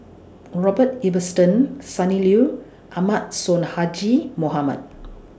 Robert Ibbetson Sonny Liew Ahmad Sonhadji Mohamad